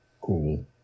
Cool